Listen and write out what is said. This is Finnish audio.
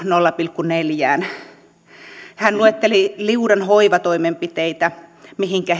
nolla pilkku neljään hän luetteli liudan hoivatoimenpiteitä mihinkä